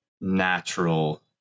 natural